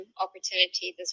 opportunities